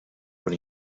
but